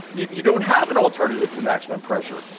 you don't have an alternative to maximum pressure.